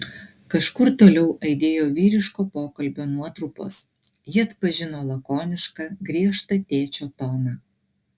kažkur toliau aidėjo vyriško pokalbio nuotrupos ji atpažino lakonišką griežtą tėčio toną